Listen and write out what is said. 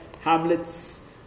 Hamlet's